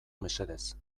mesedez